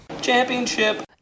Championship